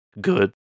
good